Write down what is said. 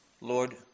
Lord